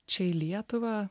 čia į lietuvą